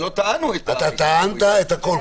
אתה טענת את הכול.